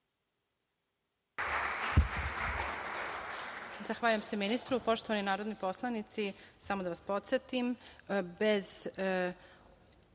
Zahvaljujem se ministru. Poštovani narodni poslanici, samo da vas podsetim,